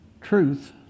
Truth